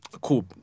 cool